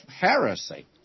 heresy